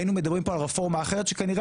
היינו מדברים כאן על רפורמה אחרת שכנראה